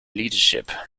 leadership